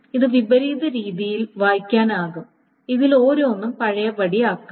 ഇത് വിപരീത രീതിയിൽ വായിക്കാനാകും ഇതിൽ ഓരോന്നും പഴയപടിയാക്കാം